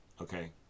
Okay